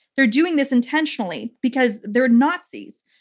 they're doing this intentionally because they're nazis.